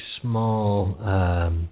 small